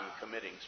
committing